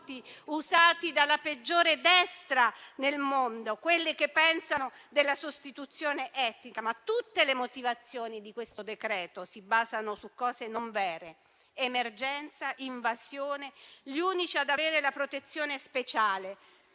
usati dalla peggiore destra nel mondo quelli che pensano alla sostituzione etnica. In ogni caso, tutte le motivazioni di questo decreto si basano su cose non vere: emergenza, invasione, gli unici ad avere la protezione speciale.